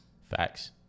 Facts